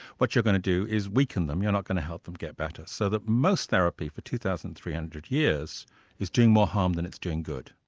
what you're going to do is weaken them, you're not going to help them get better. so that most therapy for two thousand three hundred years is doing more harm than it's doing good.